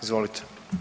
Izvolite.